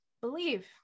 believe